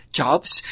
jobs